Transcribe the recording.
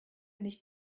nicht